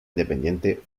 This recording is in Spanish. independiente